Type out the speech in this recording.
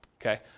okay